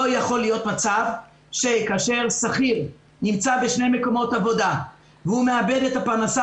לא יכול להיות מצב שכאשר שכיר נמצא בשני מקומות עבודה והוא מאבד את הפרנסה